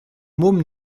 môme